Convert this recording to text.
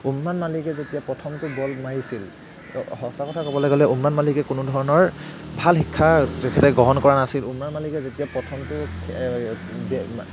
উমৰাণ মালিকে যেতিয়া প্ৰথমটো বল মাৰিছিল সঁচা কথা ক'বলৈ গ'লে উমৰাণ মালিকে কোনো ধৰণৰ ভাল শিক্ষা তেখেতে গ্ৰহণ কৰা নাছিল উমৰাণ মালিকে যেতিয়া প্ৰথমটো